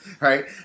right